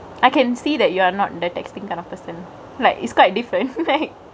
I couldn't see that you are not that takes the kind of person like is quite different